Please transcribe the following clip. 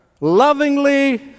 lovingly